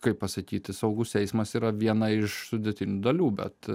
kaip pasakyti saugus eismas yra viena iš sudėtinių dalių bet